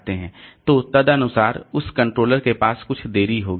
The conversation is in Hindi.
तो तदनुसार उस कंट्रोलर के पास कुछ देरी होगी